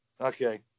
Okay